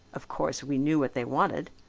of course we knew what they wanted.